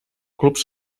clubs